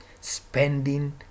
spending